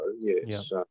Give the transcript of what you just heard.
yes